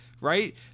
right